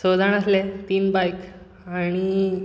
स जाण आसले तीन बायक आनी